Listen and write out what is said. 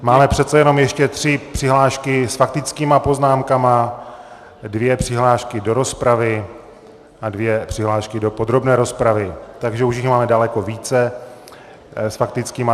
Máme přece jenom ještě tři přihlášky s faktickými poznámkami, dvě přihlášky do rozpravy a dvě přihlášky do podrobné rozpravy, takže už jich máme daleko více s faktickými.